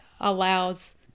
allows